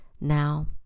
Now